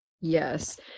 Yes